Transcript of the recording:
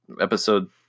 episode